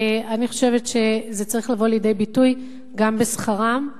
אני חושבת שזה צריך לבוא לידי ביטוי גם בשכרם.